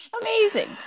amazing